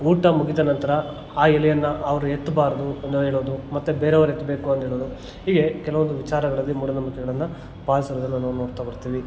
ಊಟ ಮುಗಿದ ನಂತರ ಆ ಎಲೆಯನ್ನು ಅವ್ರು ಎತ್ಬಾರ್ದು ಅಂತ ಹೇಳೋದು ಮತ್ತು ಬೇರೆಯವ್ರು ಎತ್ತಬೇಕು ಅಂತೇಳೋದು ಹೀಗೆ ಕೆಲವೊಂದು ವಿಚಾರಗಳಲ್ಲಿ ಮೂಢನಂಬಿಕೆಗಳನ್ನು ಪಾಲಿಸೋದನ್ನು ನಾವು ನೋಡ್ತಾ ಬರ್ತೀವಿ